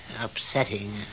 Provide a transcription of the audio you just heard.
upsetting